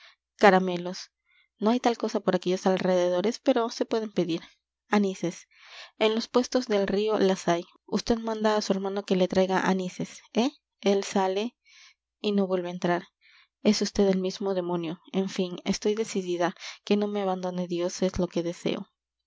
caramelos no hay tal cosa por aquellos alrededores pero se pueden pedir anises en los puestos del río los hay vd manda a su hermano que le traiga anises eh él sale y no vuelve a entrar es vd el mismo demonio en fin estoy decidida que no me abandone dios es lo que deseo